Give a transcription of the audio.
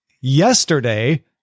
yesterday